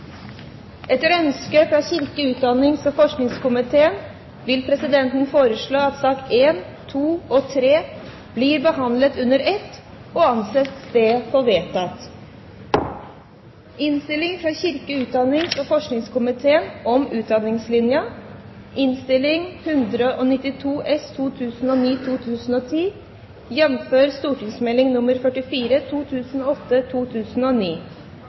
Etter ønske fra kirke-, utdannings- og forskningskomiteen vil presidenten foreslå at sakene nr. 1, 2 og 3 blir behandlet under ett – og anser det for vedtatt. Etter ønske fra kirke-, utdannings- og forskningskomiteen